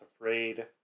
afraid